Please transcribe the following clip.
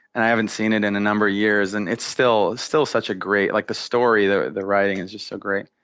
and i hadn't seen it in a number of years and it's still still such a great, like the story, the the writing is just so great.